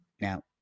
now